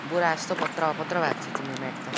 बोरा जस्तो पत्र पत्र भएको थियो तिम्रो म्याट त